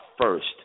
first